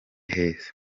heza